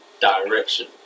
direction